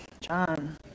John